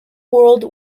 world